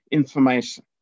information